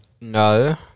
No